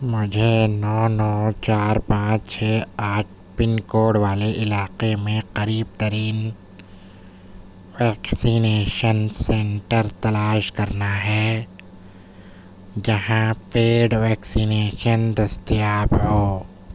مجھے نو نو چار پانچ چھ آٹھ پن کوڈ والے علاقے میں قریب ترین ویکسینیشن سنٹر تلاش کرنا ہے جہاں پیڈ ویکسینیشن دستیاب ہو